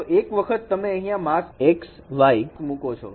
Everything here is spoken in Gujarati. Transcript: તો એક વખત તમે અહીંયા માસ્ક xy મૂકો છો